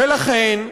ולכן,